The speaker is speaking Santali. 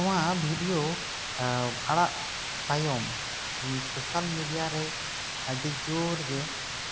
ᱱᱚᱣᱟ ᱵᱷᱤᱰᱤᱭᱚ ᱟᱲᱟᱜ ᱛᱟᱭᱚᱢ ᱥᱚᱥᱟᱞ ᱢᱤᱰᱤᱭᱟ ᱨᱮ ᱟᱹᱰᱤ ᱡᱳᱨ ᱜᱮ